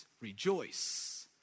rejoice